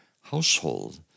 household